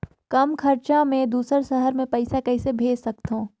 कम खरचा मे दुसर शहर मे पईसा कइसे भेज सकथव?